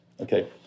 Okay